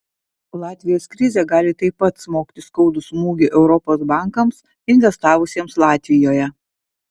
latvijos krizė gali taip pat smogti skaudų smūgį europos bankams investavusiems latvijoje